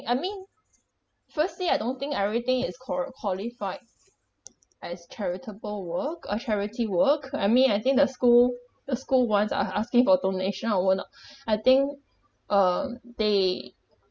I mean firstly I don't think everything is qua~ qualified as charitable work or charity work I mean I think the school the school ones are are asking for donation I will not I think uh they